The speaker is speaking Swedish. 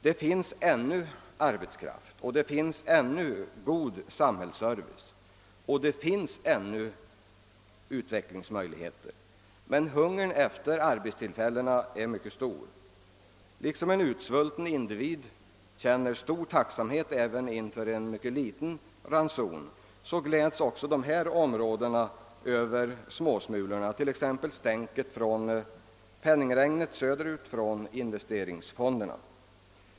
Det finns ännu arbetskraft, det finns ännu god samhällsservice och det finns ännu utveck lingsmöjligheter, men hungern efter arbetstillfällen är mycket stor. Liksom en utsvulten individ känner stor tacksamhet även över en mycket liten ranson gläder man sig i dessa områden också över småsmulorna, t.ex. stänk från penningregnet söderut ur investeringsfonderna.